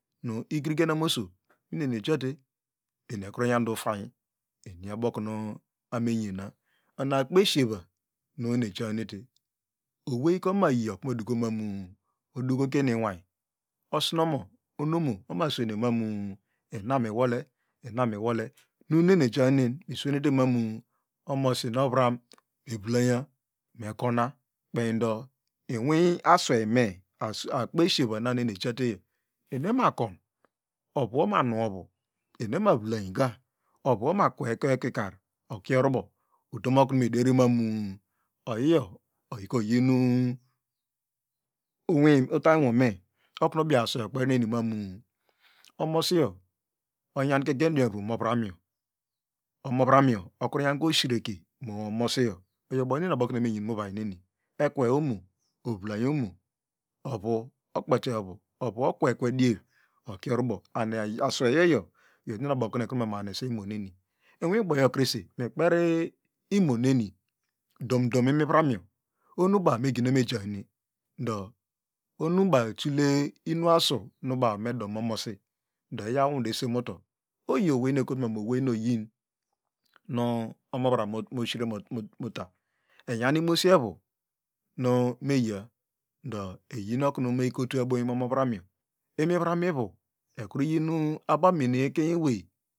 Nu igorigenamoso inina enwejato eniekru nyande ufanya eniabo kunu abomenyena ona akpeshieva nu eni ejahnete owey ka omayiotuneni okumedukomam odoy duko keni inway osnomo onomo omaswene man ina mu iwole inaminole nunueni ejahinen miswenetemanu omosi nu ovrom evlanya mekona kpeindo inwi asweyme as akpeshieva nanu eni ejabeyo eniema kon ovu omanuovu eniemavlany ka ovu emakwe ekwe kikar okie orubo utomokur miderimanu oyio oyin utany nwome okunu ubi aswey okpernenimamu omosiyo onyan gendiomamuwom okie omnavranuyo omavramyo okru nyanke oshireke okue omosiyo oyo uboneni abokumu eva menyena mu uwanerie ekwe omo ovlayn omo ovu okpete ovu ovu okwekwe dier okie orubo and asweyoyo iyomeniekrume mahinese imoneni inwiboyo krese mikperi imoneni dom dom imivronuyo ohonu ubao megura ejahine ndo ohonu ubaw ehile inuasu baw medome omosu do eyaw unwudu esiemubo oyioweynuekotumanoweye no yin nu omavran oshre meta baw enyan imosievu nu meya ndo eyin oknu meyikotuebun omavranuyo imviromiwu ekruyin abamene ekenyewey